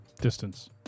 Distance